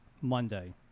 Monday